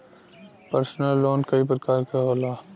personal loan कई परकार के होला